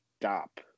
stop